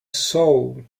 soul